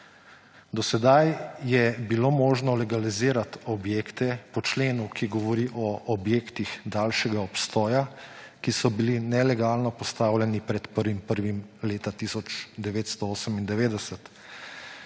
Do sedaj je bilo možno legalizirati objekte po členu, ki govori o objektih daljšega obstoja, ki so bili nelegalno postavljeni pred 1. 1. 1998.